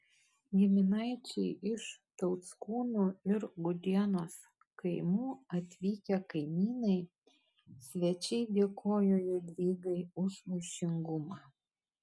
giminaičiai iš tauckūnų ir gudienos kaimų atvykę kaimynai svečiai dėkojo jadvygai už vaišingumą